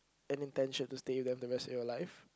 an intention to stay with them the rest of your life